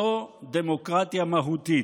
זו דמוקרטיה מהותית,